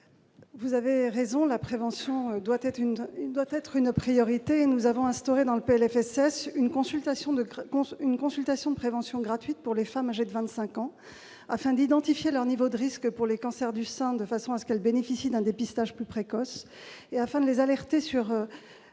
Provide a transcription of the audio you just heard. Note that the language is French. vous avez raison, la prévention doit être une doit être une priorité et nous avons instauré dans le PLFSS une consultation de creux 11 une consultation de prévention gratuite pour les femmes âgées de 25 ans afin d'identifier leur niveau de risque pour les cancers du sein, de façon à ce qu'elles bénéficient d'un dépistage plus précoce et afin de les alerter sur